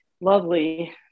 lovely